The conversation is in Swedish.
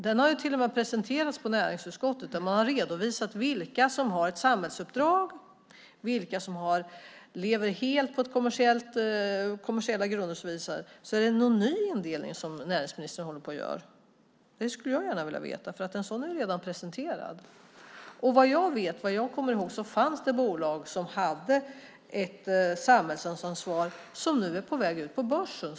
Den har till och med presenterats i näringsutskottet, där man har redovisat vilka som har ett samhällsuppdrag, vilka som lever helt på kommersiella grunder och så vidare. Är det någon ny indelning som näringsministern håller på att göra? Det skulle jag gärna vilja veta. En sådan är ju redan presenterad. Såvitt jag kommer ihåg fanns det bolag med ett samhällsansvar som nu är på väg ut på börsen.